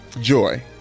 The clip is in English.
Joy